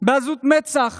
בעזות מצח